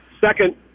Second